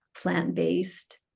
plant-based